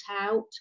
out